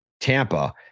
Tampa